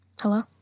hello